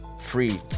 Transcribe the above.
free